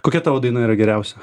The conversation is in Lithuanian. kokia tavo daina yra geriausia